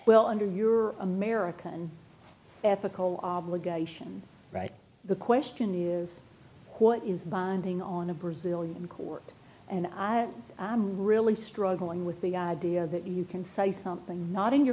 well under your american ethical obligation right the question is what is binding on a brazilian court and i am really struggling with the idea that you can say something not in your